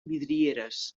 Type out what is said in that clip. vidrieres